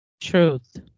Truth